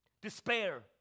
Despair